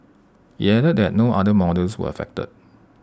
IT added that no other models were affected